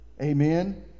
Amen